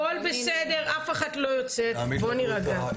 הכל בסדר, אף אחת לא יוצאת, בואו נירגע.